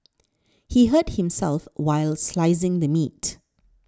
he hurt himself while slicing the meat